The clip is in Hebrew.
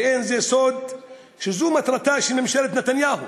ואין זה סוד שזו מטרתה של ממשלת נתניהו,